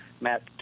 Matt